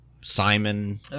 Simon